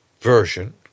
version